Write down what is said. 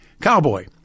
Cowboy